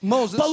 Moses